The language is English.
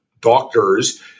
doctors